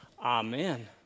Amen